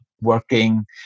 Working